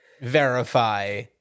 verify